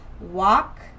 walk